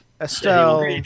Estelle